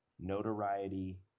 notoriety